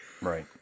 Right